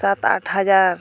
ᱥᱟᱛᱼᱟᱴ ᱦᱟᱡᱟᱨ